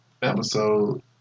episode